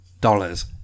dollars